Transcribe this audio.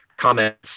comments